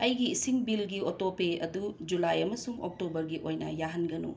ꯑꯩꯒꯤ ꯏꯁꯤꯡ ꯕꯤꯜꯒꯤ ꯑꯣꯇꯣꯄꯦ ꯑꯗꯨ ꯖꯨꯂꯥꯏ ꯑꯃꯁꯨꯡ ꯑꯣꯛꯇꯣꯕꯔꯒꯤ ꯑꯣꯏꯅ ꯌꯥꯍꯟꯒꯅꯨ